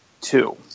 two